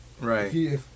Right